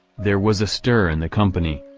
there was a stir in the company.